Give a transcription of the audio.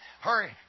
hurry